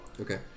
Okay